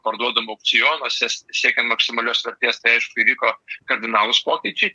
parduodamu aukcionuose siekiant maksimalios vertės tai aišku įvyko kardinalūs pokyčiai